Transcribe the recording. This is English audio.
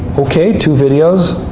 okay, two videos.